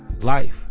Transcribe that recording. life